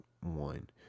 One